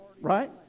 right